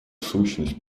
сущность